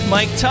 Mike